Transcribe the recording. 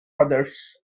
others